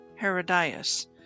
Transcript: Herodias